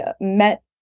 met